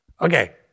Okay